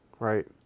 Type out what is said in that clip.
Right